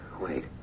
Wait